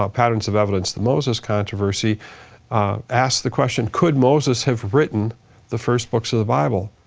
ah patterns of evidence, the moses controversy asks the question, could moses have written the first books of the bible?